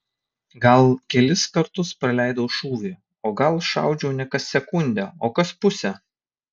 gal kelis kartus praleidau šūvį o gal šaudžiau ne kas sekundę o kas pusę